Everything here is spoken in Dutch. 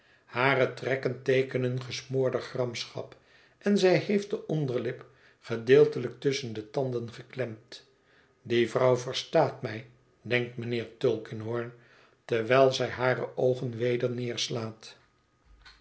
hare trekken teekenen gesmoorde gramschap en zij heeft de onderlip gedeeltelijk tusschen de tanden geklemd die vrouw verstaat mij denkt mijnheer tulkinghorn terwijl zij hare oogen weder neerslaat